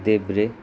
देब्रे